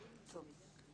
בבקשה.